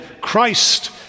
Christ